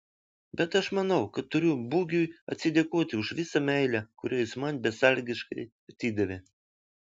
bet aš manau kad turiu bugiui atsidėkoti už visą meilę kurią jis man besąlygiškai atidavė